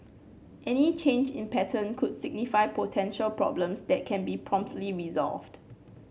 any change in pattern could signify potential problems that can be promptly resolved